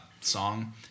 song